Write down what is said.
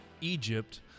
Egypt